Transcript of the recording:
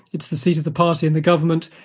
it's the seat of the party and the government,